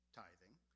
tithing